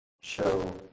show